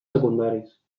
secundaris